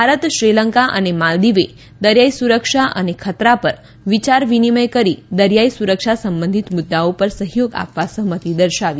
ભારત શ્રીલંકા અને માલદીવે દરિયાઈ સુરક્ષા અને ખતરા પર વિયાર વિનિમય કરી દરિયાઈ સુરક્ષા સંબંધિત મુદ્દાઓ પર સહ્યોગ આપવા સહ્મતી દર્શાવી